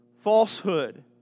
falsehood